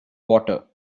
water